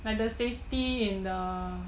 like the safety in the